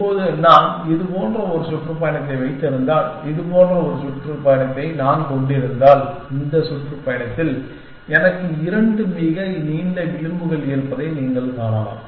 இப்போது நான் இது போன்ற ஒரு சுற்றுப்பயணத்தை வைத்திருந்தால் இதுபோன்ற ஒரு சுற்றுப்பயணத்தை நான் கொண்டிருந்தால் இந்த சுற்றுப்பயணத்தில் எனக்கு இரண்டு மிக நீண்ட விளிம்புகள் இருப்பதை நீங்கள் காணலாம்